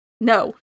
No